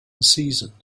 season